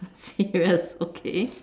that's okay